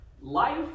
Life